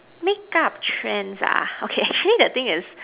makeup trends ah okay actually the thing is